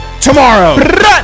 tomorrow